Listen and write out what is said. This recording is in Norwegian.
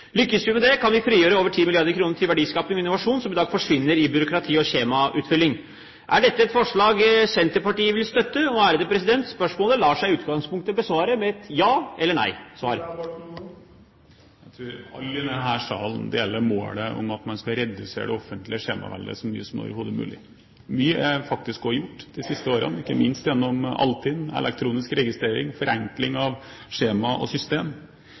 Lykkes vi med det, kan vi frigjøre over 10 mrd. kr til verdiskaping og innovasjon som i dag forsvinner i byråkrati og skjemautfylling. Er dette et forslag Senterpartiet vil støtte? Spørsmålet lar seg i utgangspunktet besvare med et ja eller nei. Jeg tror alle i denne salen deler målet om at man skal redusere det offentlige skjemaveldet så mye som overhodet mulig. Mye er faktisk også gjort de siste årene, ikke minst gjennom Altinn, elektronisk registrering, forenkling av skjema og system.